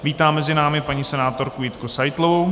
Vítám mezi námi paní senátorku Jitku Seitlovou.